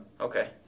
Okay